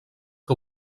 que